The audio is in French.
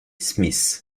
smith